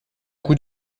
coup